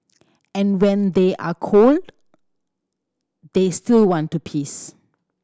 and when they are cold they still want to piss